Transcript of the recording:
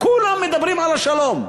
כולם מדברים על השלום.